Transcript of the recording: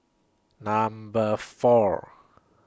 Number four